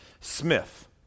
Smith